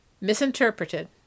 misinterpreted